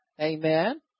amen